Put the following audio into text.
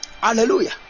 hallelujah